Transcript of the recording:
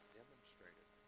demonstrated